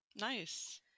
Nice